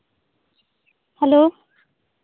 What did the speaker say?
hello